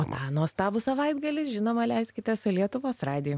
o tą nuostabų savaitgalį žinoma leiskite su lietuvos radiju